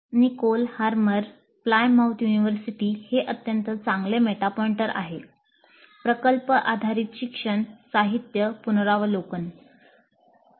Nicole Harmer Plymouth university हे अत्यंत चांगले मेटा पॉईन्टर आहे प्रकल्प आधारित शिक्षण साहित्य पुनरावलोकन httpswww